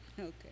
Okay